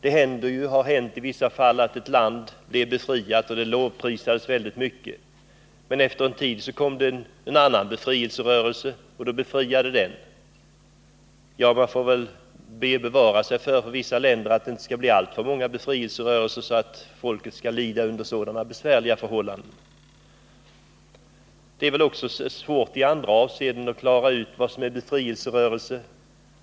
Det har hänt i vissa fall att ett land blir befriat och att det lovprisas väldigt mycket. Men efter en tid kommer en annan befrielserörelse och befriar landet på nytt. Man får väl hoppas att det i vissa länder inte skall bli alltför många befrielserörelser. Det medför ju att människorna får lida under besvärliga förhållanden. Även i andra avseenden är det svårt att klara ut vad som är befrielserörelser.